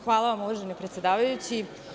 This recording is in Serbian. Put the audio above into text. Hvala vam uvaženi predsedavajući.